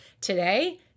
today